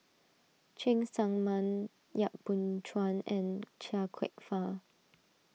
Cheng Tsang Man Yap Boon Chuan and Chia Kwek Fah